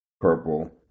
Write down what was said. purple